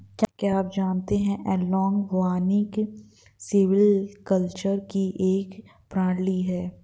क्या आप जानते है एनालॉग वानिकी सिल्वीकल्चर की एक प्रणाली है